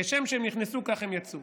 כשם שהם נכנסו, ככה הם יצאו.